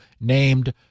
named